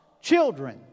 children